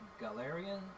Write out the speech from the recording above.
Galarian